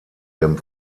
dem